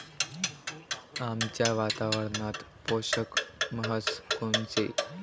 आमच्या वातावरनात पोषक म्हस कोनची?